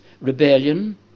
rebellion